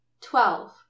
twelve